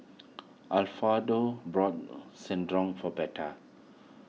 bought for Betha